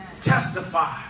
Testify